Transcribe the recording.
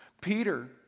Peter